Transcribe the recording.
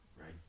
right